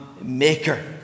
maker